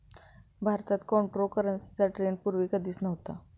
भारतात क्रिप्टोकरन्सीचा ट्रेंड पूर्वी कधीच नव्हता